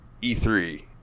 E3